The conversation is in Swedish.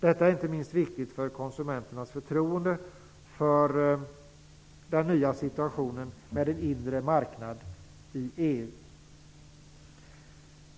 Det här är inte minst viktigt när det gäller konsumenternas förtroende för den nya situationen med en inre marknad i EU.